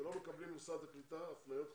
שלא מקבלים ממשרד הקליטה הפניות חדשות,